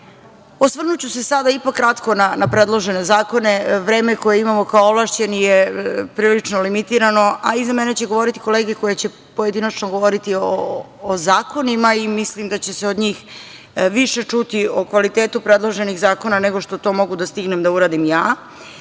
osvrnuću se sada ipak kratko na predložene zakone. Vreme koje imamo kao ovlašćeni je prilično limitirano, a iza mene će govoriti kolege koje će pojedinačno govoriti o zakonima i mislim da će se od njih više čuti o kvalitetu predloženih zakona, nego što to mogu da stignem da uradim